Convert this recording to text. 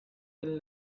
will